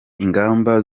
ingamba